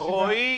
תודה, רועי.